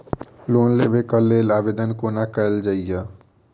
Loan लेबऽ कऽ लेल आवेदन कोना कैल जाइया?